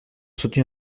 soutenir